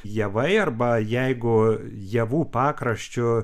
javai arba jeigu javų pakraščiu